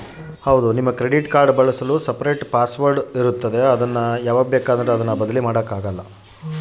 Credit card ಬಳಸಲು separate password ಇರುತ್ತಾ ಹಾಗೂ ನಾವು ಯಾವಾಗ ಬೇಕಾದರೂ ಬದಲಿ ಮಾಡಬಹುದಾ?